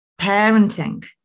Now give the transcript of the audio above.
parenting